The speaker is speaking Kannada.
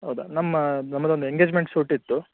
ಹೌದಾ ನಮ್ಮ ನಮ್ಮದೊಂದು ಎಂಗೆಜ್ಮೆಂಟ್ ಶೂಟ್ ಇತ್ತು